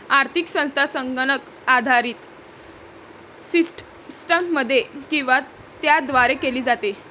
आर्थिक संस्था संगणक आधारित सिस्टममध्ये किंवा त्याद्वारे केली जाते